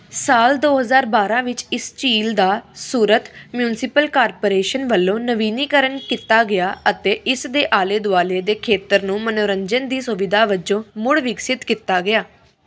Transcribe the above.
ਸਾਲ ਦੋ ਹਜ਼ਾਰ ਬਾਰ੍ਹਾਂ ਵਿੱਚ ਇਸ ਝੀਲ ਦਾ ਸੂਰਤ ਮਿਊਂਸਪਲ ਕਾਰਪਰੇਸ਼ਨ ਵੱਲੋਂ ਨਵੀਨੀਕਰਨ ਕੀਤਾ ਗਿਆ ਅਤੇ ਇਸ ਦੇ ਆਲੇ ਦੁਆਲੇ ਦੇ ਖੇਤਰ ਨੂੰ ਮਨੋਰੰਜਨ ਦੀ ਸੁਵਿਧਾ ਵਜੋਂ ਮੁੜ ਵਿਕਸਿਤ ਕੀਤਾ ਗਿਆ